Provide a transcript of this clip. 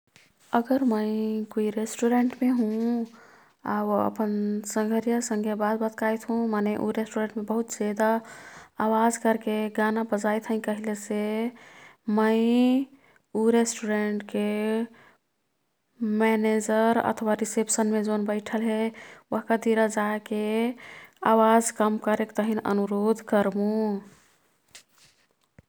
अगर मै कुई रेस्टुरेन्टमे हुँ। आउ अपन सन्घरिया संगे बात बत्काईत् हुँ। मने उ रेस्टुरेन्टमे बहुत जेदा अवाज कर्के गाना बजाईत् हैं कह्लेसे मै उ रेस्टुरेन्टके मेनेजर अथवा रिसेप्सनमे जोन बैठल हे। ओह्का तिरा जाके आवाज कम करेक तहिन अनुरोध कर्मुं।